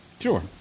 Sure